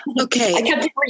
Okay